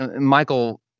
Michael